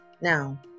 now